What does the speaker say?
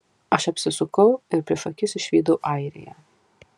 aš apsisukau ir prieš akis išvydau airiją